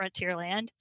Frontierland